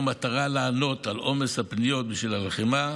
במטרה לענות על עומס הפניות בשל הלחימה,